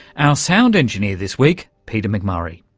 our sound engineer this week peter mcmurray.